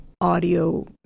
audio